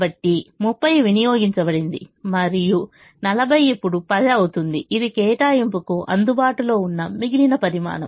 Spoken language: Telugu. కాబట్టి 30 వినియోగించబడింది మరియు 40 ఇప్పుడు 10 అవుతుంది ఇది కేటాయింపుకు అందుబాటులో ఉన్న మిగిలిన పరిమాణం